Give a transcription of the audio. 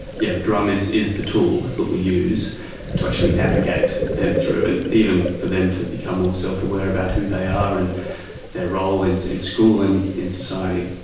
yeah the drum is is the tool that we use to actually navigate them through, and even for them to become more self-aware about who they are and their role in in school and in society.